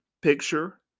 picture